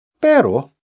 Pero